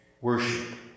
Worship